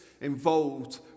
involved